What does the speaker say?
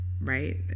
Right